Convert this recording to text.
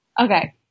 Okay